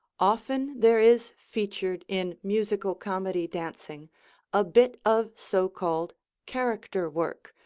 often there is featured in musical comedy dancing a bit of so called character work,